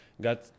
got